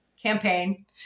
Campaign